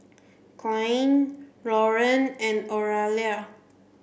Kylie Loren and Oralia